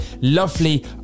lovely